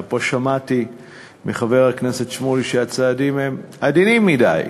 אבל פה שמעתי מחבר הכנסת שמולי שהצעדים הם עדינים מדי,